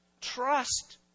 Trust